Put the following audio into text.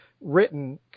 written